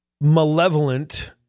malevolent